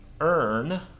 earn